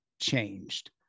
changed